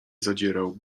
zadzierał